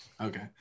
Okay